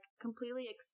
completely